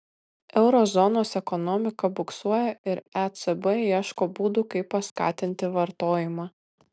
euro zonos ekonomika buksuoja ir ecb ieško būdų kaip paskatinti vartojimą